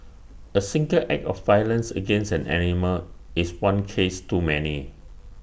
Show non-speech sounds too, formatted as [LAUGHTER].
[NOISE] A single act of violence against an animal is one case too many